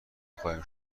قایم